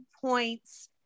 points